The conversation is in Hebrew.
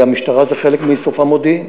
ולמשטרה זה חלק מאיסוף המודיעין.